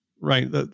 right